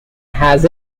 has